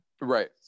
right